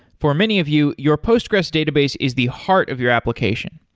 for many of you, your postgres database is the heart of your application.